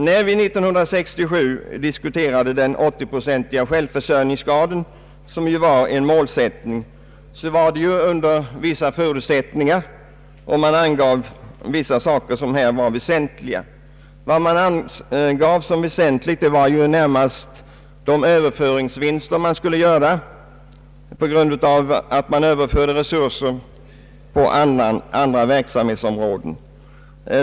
När vi år 1967 diskuterade en 80 procentig självförsörjningsgrad som målsättning, var det under vissa förutsättningar. Man angav vissa saker som väsentliga. Närmast var det de vinster vi skulle göra genom att överföra resurser till andra verksamhetsområden.